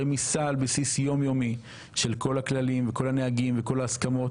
רמיסה על בסיס יום יומי של כל הכללים וכל הנוהגים וכל ההסכמות